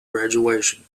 graduation